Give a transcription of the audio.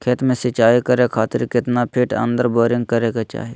खेत में सिंचाई करे खातिर कितना फिट अंदर बोरिंग करे के चाही?